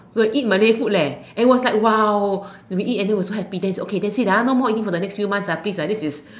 we'll eat Malay food leh and it was like !wow! we eat and then we were so happy then okay that's it ah no more eating for the next few months ah please this is